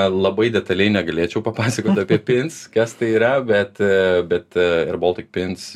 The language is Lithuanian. labai detaliai negalėčiau papasakoti apie pins kas tai yra bet bet airbaltic pins